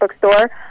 Bookstore